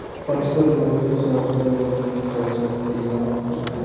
पटसन बहुते सस्ता मजबूत आ चमकीला होखेला